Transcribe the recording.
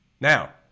Now